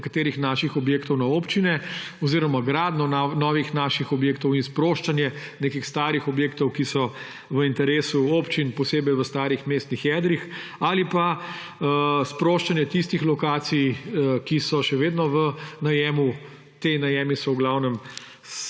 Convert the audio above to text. nekaterih naših objektov na občine oziroma gradnjo novih naših objektov in sproščanje nekih starih objektov, ki so v interesu občin, posebej v starih mestnih jedrih, ali pa sproščanje tistih lokacij, ki so še vedno v najemu. Ti najemi so v glavnem